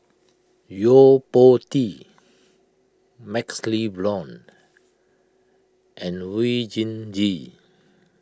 Yo Po Tee MaxLe Blond and Oon Jin Gee